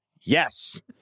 Yes